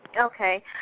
Okay